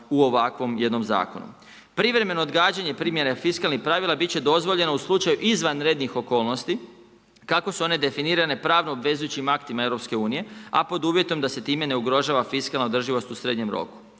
u ovakvom jednom zakonu. Privremeno odgađanje primjene fiskalnih pravila bit će dozvoljeno u slučaju izvanrednih okolnosti kako su one definirane pravno obvezujućim aktima EU-a a pod uvjetom da se time ne ugrožava fiskalna održivost u srednjem roku.